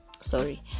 Sorry